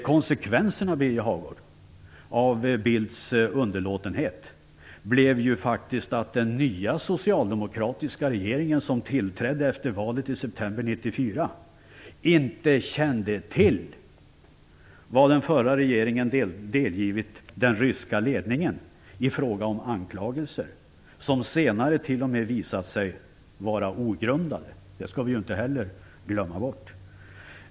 Konsekvensen, Birger Hagård, av Bildts underlåtenhet blev faktiskt att den nya socialdemokratiska regering som tillträdde efter valet i september 1994 inte kände till vad den förra regeringen hade delgivit den ryska ledningen i form av anklagelser, som senare t.o.m. visat sig vara ogrundade. Det skall vi inte heller glömma bort.